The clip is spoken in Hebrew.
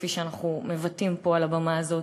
כפי שאנחנו מבטאים פה על הבמה הזאת.